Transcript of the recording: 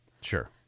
Sure